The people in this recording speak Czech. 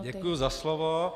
Děkuji za slovo.